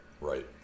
Right